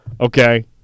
Okay